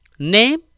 name